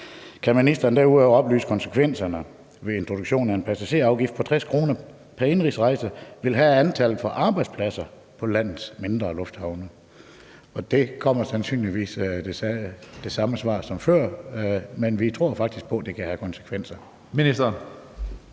Kan ministeren derudover oplyse, hvad konsekvenserne af introduktionen af en passagerafgift på 60 kr. pr. indenrigsrejse vil have på antallet af arbejdspladser i landets mindre lufthavne? Og der kommer sandsynligvis det samme svar som før, men vi tror faktisk på, at det kan få konsekvenser.